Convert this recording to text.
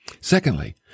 Secondly